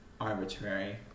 Arbitrary